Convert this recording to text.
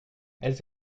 elles